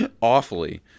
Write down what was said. awfully